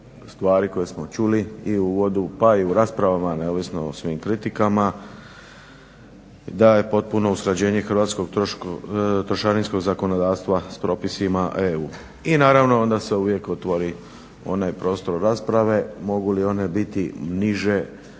stvari koje smo čuli i u uvodu pa i u raspravama neovisno o svim kritikama da je potpuno usklađenje hrvatskog trošarinskog zakonodavstva s propisima EU i naravno onda se uvijek otvori onaj prostor rasprave, mogu li one biti niže